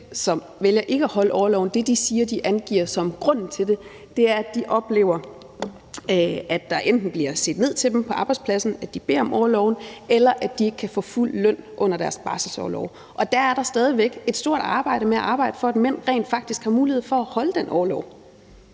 som vælger ikke at holde orlov, siger og angiver som grunden til det, er, at de oplever, at der enten bliver set ned på dem på arbejdspladsen – at de beder om orloven – eller at de ikke kan få fuld løn under deres barselsorlov. Og der er der stadig væk et stort arbejde med at arbejde for, at mænd rent faktisk har mulighed for at holde den orlov.